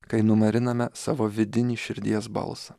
kai numariname savo vidinį širdies balsą